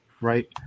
right